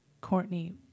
Courtney